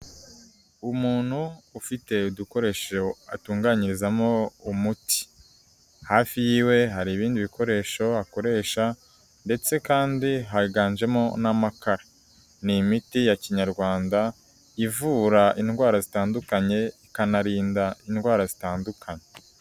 Umuntu ufite udukoresho atunganyirizamo umuti. Hafi y'iwe hari ibindi bikoresho akoresha, ndetse kandi haganjemo n'amakara. Ni imiti ya kinyarwanda, ivura indwara zitandukanye, ikanarinda indwara zitandukanye.